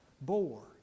bore